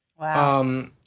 Wow